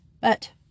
But